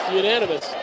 unanimous